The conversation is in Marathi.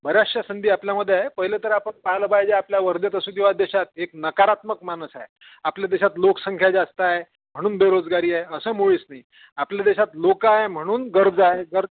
बऱ्याचशा संधी आपल्यामध्ये आहे पहिले तर आपण पाहालं पाहिजे आपल्या वर्धेत असू किंवा देशात एक नकारात्मक मानस आहे आपल्या देशात लोकसंख्या जास्त आहे म्हणून बेरोजगारी आहे असं मुळीच नाही आपल्या देशात लोक आहे म्हणून गरज आहे गरज